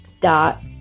dot